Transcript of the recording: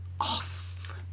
off